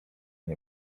nie